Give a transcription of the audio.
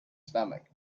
stomach